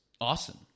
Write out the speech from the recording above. awesome